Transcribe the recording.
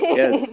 yes